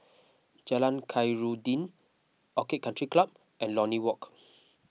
Jalan Khairuddin Orchid Country Club and Lornie Walk